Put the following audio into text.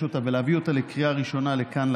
אותה ולהביא אותה לקריאה ראשונה לכאן,